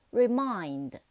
remind